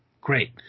great